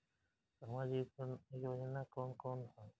सामाजिक योजना कवन कवन ह?